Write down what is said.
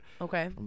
Okay